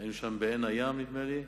היו שם, בעין-הים, נדמה לי.